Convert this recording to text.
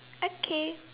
okay